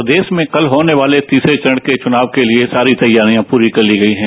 प्रदेश में कल होने वाले तीसरे चरण के चुनाव के लिए सारी तैयारियां पूरी कर ली गई हैं